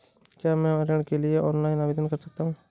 क्या मैं ऋण के लिए ऑनलाइन आवेदन कर सकता हूँ?